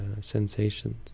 sensations